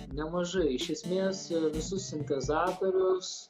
nemažai iš esmės visus sintezatorius